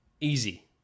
Easy